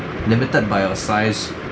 limited by our size